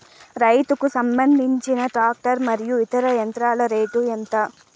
రైతుకు సంబంధించిన టాక్టర్ మరియు ఇతర యంత్రాల రేటు ఎంత?